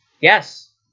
Yes